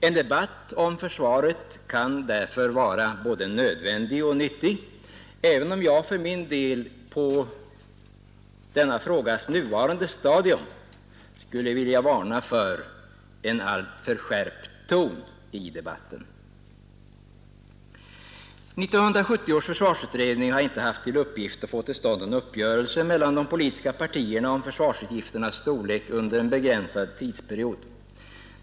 En debatt om försvaret kan därför vara både nödvändig och nyttig, även om jag för min del på denna frågas nuvarande stadium skulle vilja varna för en alltför skärpt ton i debatten. 1970 års försvarsutredning har inte haft till uppgift att få till stånd en uppgörelse mellan de politiska partierna om försvarsutgifternas storlek under en begränsad tidsperiod.